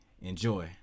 Enjoy